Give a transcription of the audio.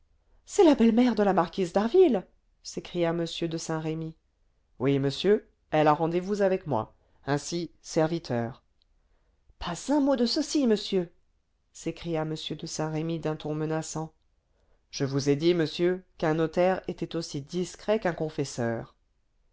c'est la belle-mère de la marquise d'harville s'écria m de saint-remy oui monsieur elle a rendez-vous avec moi ainsi serviteur pas un mot de ceci monsieur s'écria m de saint-remy d'un ton menaçant je vous ai dit monsieur qu'un notaire était aussi discret qu'un confesseur